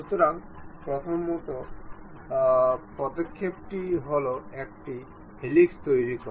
সুতরাং প্রথম পদক্ষেপটি হল একটি হেলিক্স তৈরি করা